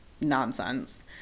nonsense